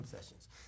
sessions